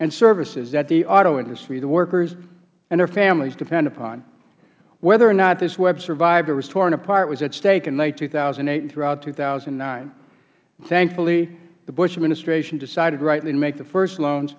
and services that the auto industry the workers and their families depend upon whether or not this web survived or was torn apart was at stake in late two thousand and eight and throughout two thousand and nine thankfully the bush administration decided rightly to make the first loans